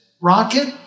Rocket